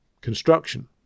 construction